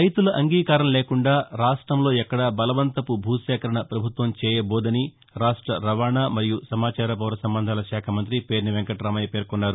రైతుల అంగీకారం లేకుండా రాష్టంలో ఎక్కడా బలవంతపు భూసేకరణ పభుతం చేయబోదని రాష్ట్ర రవాణా మరియు సమాచార పౌర సంబంధాల శాఖ మంఁతి పేర్ని వెంకఁటామయ్య పేర్కొన్నారు